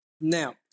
Now